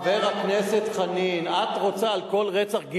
חברת הכנסת חנין, את רוצה גילוי של כל רצח.